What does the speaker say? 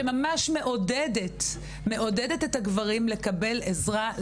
שממש מעודדת את הגברים לקבל עזרה.